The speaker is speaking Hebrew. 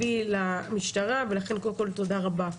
תקציבי למשטרה, ולכן קודם כול תודה רבה.